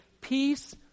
peace